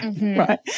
right